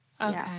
Okay